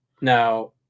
Now